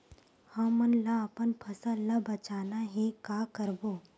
हमन ला अपन फसल ला बचाना हे का करबो?